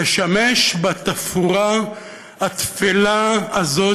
לשמש בתפאורה הטפלה הזאת